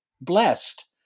blessed